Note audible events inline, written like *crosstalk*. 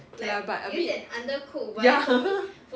ya but a bit ya *laughs*